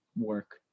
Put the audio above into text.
work